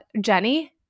Jenny